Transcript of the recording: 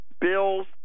bills